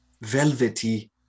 velvety